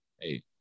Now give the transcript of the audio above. Hey